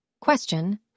Question